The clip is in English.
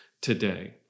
today